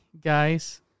guys